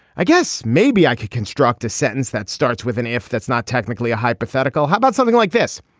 i guess maybe i could construct a sentence that starts with an f. that's not technically a hypothetical. how about something like this.